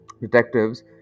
detectives